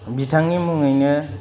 बिथांनि मुङैनो